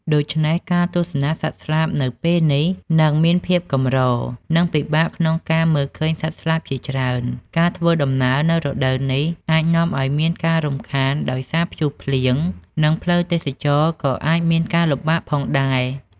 ដូច្នេះការទស្សនាសត្វស្លាបនៅពេលនេះនឹងមានភាពកម្រ និងពិបាកក្នុងការមើលឃើញសត្វស្លាបជាច្រើន។ ការធ្វើដំណើរនៅរដូវនេះអាចនាំឲ្យមានការរំខានដោយសារព្យុះភ្លៀង និងផ្លូវទេសចរណ៍ក៏អាចមានការលំបាកផងដែរ។